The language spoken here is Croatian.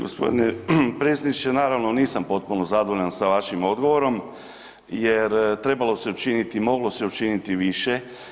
Gospodine predsjedniče, naravno nisam potpuno zadovoljan sa vašim odgovorom jer trebalo se učiniti i moglo se učiniti i više.